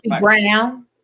Brown